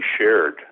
shared